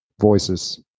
voices